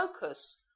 focus